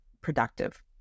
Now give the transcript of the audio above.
productive